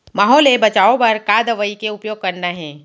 माहो ले बचाओ बर का दवई के उपयोग करना हे?